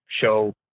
show